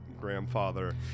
grandfather